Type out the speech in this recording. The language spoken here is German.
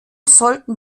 sollten